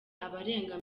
abarenga